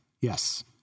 Yes